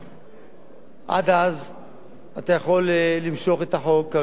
עד אז אתה יכול למשוך את החוק,